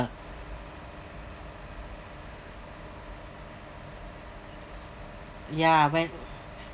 ya when